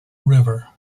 river